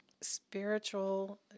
Spiritual